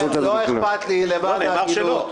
לא, נאמר שלא.